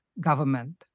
government